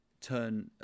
turn